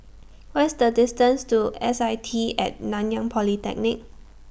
What IS The distance to S I T At Nanyang Polytechnic